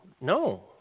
No